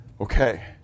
okay